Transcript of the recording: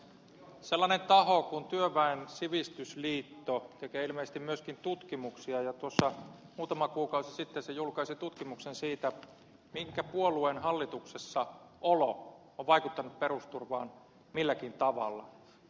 sellainen taho kuin työväen sivistysliitto tekee ilmeisesti myöskin tutkimuksia ja muutama kuukausi sitten se julkaisi tutkimuksen siitä minkä puolueen hallituksessaolo on vaikuttanut perusturvaan milläkin tavalla